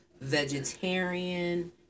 vegetarian